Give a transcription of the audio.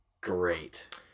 great